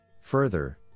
Further